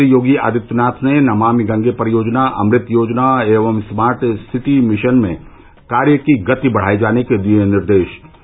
मुख्यमंत्री योगी आदित्यनाथ ने नमामि गंगे परियोजना अमृत योजना एवं स्मार्ट सिटी मिषन में कार्य की गति बढ़ाये जाने के दिये निर्देष